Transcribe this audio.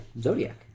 zodiac